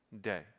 day